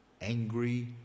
angry